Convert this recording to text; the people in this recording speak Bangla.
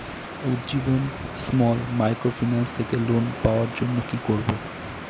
উজ্জীবন স্মল মাইক্রোফিন্যান্স থেকে লোন পাওয়ার জন্য কি করব?